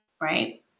Right